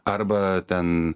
arba ten